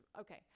Okay